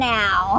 now